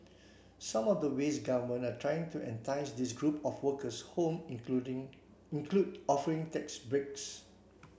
some of the ways governments are trying to entice this group of workers home including include offering tax breaks